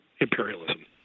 imperialism